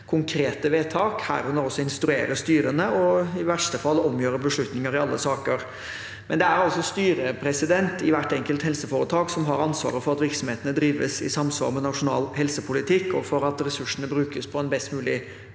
konkrete vedtak, herunder instruere styrene og i verste fall omgjøre beslutninger i alle saker. Det er imidlertid styret i hvert enkelt helseforetak som har ansvaret for at virksomhetene drives i samsvar med nasjonal helsepolitikk, og for at ressursene brukes på best mulig måte